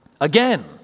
Again